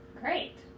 Great